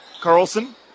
Carlson